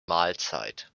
mahlzeit